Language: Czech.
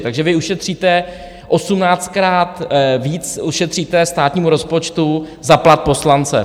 Takže vy ušetříte osmnáctkrát víc státnímu rozpočtu za plat poslance.